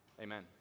Amen